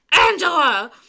Angela